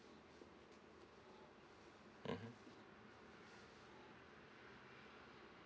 mmhmm